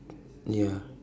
ya